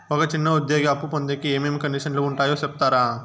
ఒక చిన్న ఉద్యోగి అప్పు పొందేకి ఏమేమి కండిషన్లు ఉంటాయో సెప్తారా?